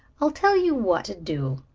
i'll tell you what to do,